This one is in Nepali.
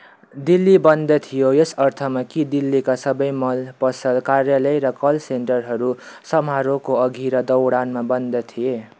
दिल्ली बन्द थियो यस अर्थमा कि दिल्लीका सबै मल पसल कार्यालय र कल सेन्टरहरू समारोहको अघि र दौडानमा बन्द थिए